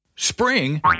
spring